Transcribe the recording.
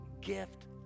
gift